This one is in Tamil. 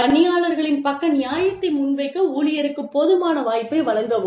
பணியாளர்களின் பக்க நியாயத்தை முன்வைக்க ஊழியருக்கு போதுமான வாய்ப்பை வழங்கவும்